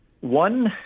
One